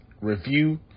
review